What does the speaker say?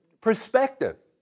perspective